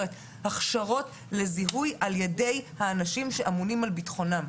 הכשרות לזיהוי על ידי האנשים שאמונים על ביטחונם.